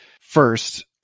first